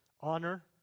honor